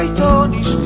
ah stones